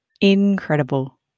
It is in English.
incredible